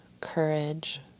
courage